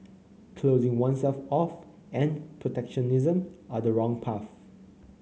closing oneself off and protectionism are the wrong path